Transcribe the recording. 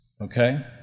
okay